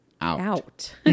out